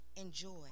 enjoy